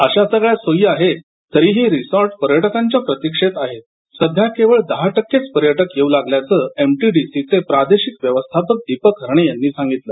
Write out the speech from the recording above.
अशा सगळ्या सोयी आहेत तरीही हे रिसॉर्ट पर्यटकांच्या प्रतिक्षेत आहेत सध्या केवळ दहा टक्के पर्यटक येऊ लागलेत असं एमटीडीसीचे प्रण्यातले प्रादेशिक व्यवस्थापक दीपक हरणे यांनी सांगितलं